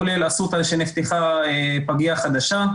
כולל אסותא שנפתחה פגיה חדשה.